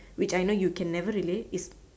which I know you can never relate if